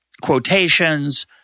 quotations